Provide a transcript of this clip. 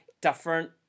different